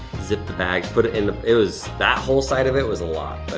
zip the bags, put it in. it was, that whole side of it was a lot,